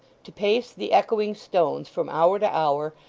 to pace the echoing stones from hour to hour,